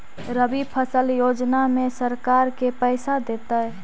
रबि फसल योजना में सरकार के पैसा देतै?